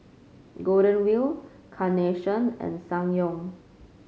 Golden Wheel Carnation and Ssangyong